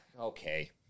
Okay